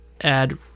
add